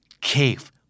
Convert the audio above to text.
cave